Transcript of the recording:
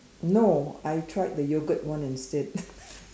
no I tried the yogurt one instead